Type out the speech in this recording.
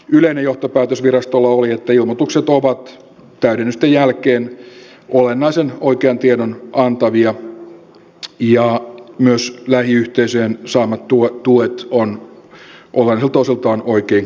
yleinen johtopäätös virastolla oli että ilmoitukset ovat täydennysten jälkeen olennaisen oikean tiedon antavia ja myös lähiyhteisöjen saamat tuet on olennaisilta osiltaan oikein kerrottu